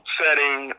setting